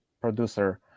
producer